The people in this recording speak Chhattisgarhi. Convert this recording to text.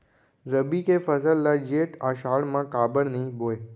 रबि के फसल ल जेठ आषाढ़ म काबर नही बोए?